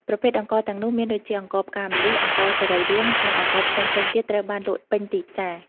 ប្រភេទអង្ករទាំងនោះមានដូចជា អង្ករផ្កាម្លិះ អង្ករសរីរាង្គ និងអង្ករផ្សេងៗទៀតត្រូវបានលក់ពេញទីផ្សារ។